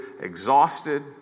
exhausted